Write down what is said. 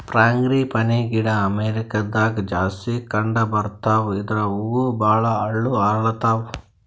frangipani ಗಿಡ ಅಮೇರಿಕಾದಾಗ್ ಜಾಸ್ತಿ ಕಂಡಬರ್ತಾವ್ ಇದ್ರ್ ಹೂವ ಭಾಳ್ ಹಳ್ಳು ಅರಳತಾವ್